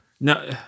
No